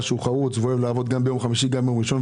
הוא חרוץ ואוהב לעבוד גם בימי חמישי וראשון,